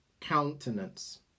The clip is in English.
countenance